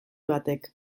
batek